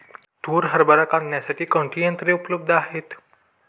तूर हरभरा काढण्यासाठी कोणती यंत्रे उपलब्ध आहेत?